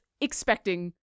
expecting